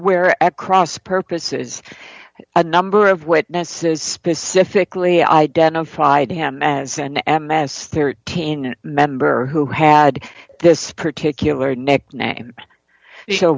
where at cross purposes a number of witnesses specifically identified him as an m s thirteen member who had this particular nickname s